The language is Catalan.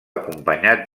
acompanyat